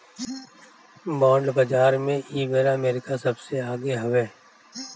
bond बाजार में एबेरा अमेरिका सबसे आगे हवे